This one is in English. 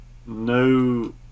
No